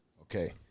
okay